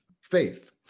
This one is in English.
faith